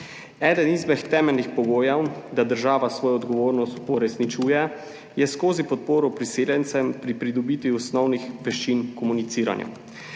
Eden izmed temeljnih pogojev, da država svojo odgovornost uresničuje, je skozi podporo priseljencem pri pridobitvi osnovnih veščin komuniciranja.